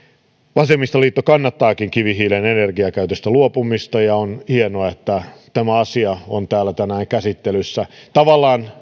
vasemmistoliitto kannattaakin kivihiilen energiakäytöstä luopumista ja on hienoa että tämä asia on täällä tänään käsittelyssä tavallaan